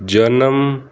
ਜਨਮ